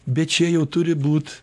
bet čia jau turi būt